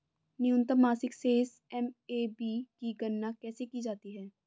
न्यूनतम मासिक शेष एम.ए.बी की गणना कैसे की जाती है?